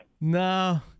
No